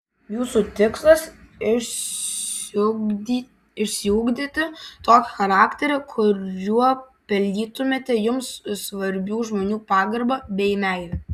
jūsų tikslas išsiugdyti tokį charakterį kuriuo pelnytumėte jums svarbių žmonių pagarbą bei meilę